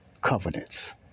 Covenants